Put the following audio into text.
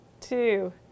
two